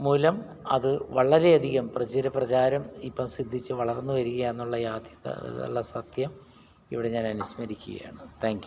മൂലം അതു വളരെയധികം പ്രചരി പ്രചാരം ഇപ്പം സിദ്ധിച്ചു വളർന്നു വരികയാണെന്നുള്ള യാദ്ധ്യത അതിനുള്ള സത്യം ഇവിടെ ഞാൻ അനുസ്മരിക്കുകയാണ് താങ്ക് യൂ